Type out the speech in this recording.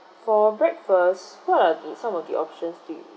for breakfast what are the some of the options do